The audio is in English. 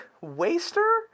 waster